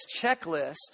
checklist